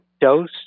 dose